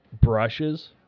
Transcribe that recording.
brushes